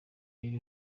y’iri